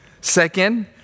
Second